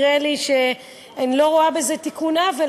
אני לא רואה בזה תיקון עוול,